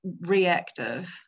reactive